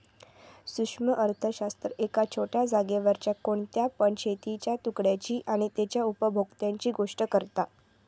सूक्ष्म अर्थशास्त्र एका छोट्या जागेवरच्या कोणत्या पण शेतीच्या तुकड्याची आणि तेच्या उपभोक्त्यांची गोष्ट करता